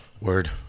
word